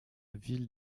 ville